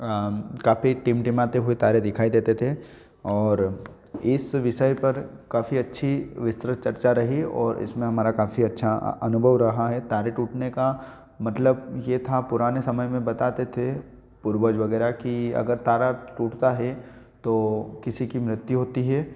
काफी टिमटिमाते हुए तारे दिखई देते थे और इस विषय पर काफी अच्छी विस्तृत चर्चा रही और इसमें हमारा काफी अच्छा अनुभव रहा है तारे टूटने का मतलब यह था पुराने समय में बताते थे पूर्वज वगैरह की अगर तारा टूटा हैं तो किसी की मृत्यु होती है